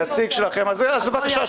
אז בבקשה,